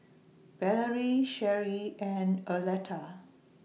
Valerie Sherie and Arletta